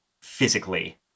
physically